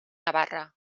navarra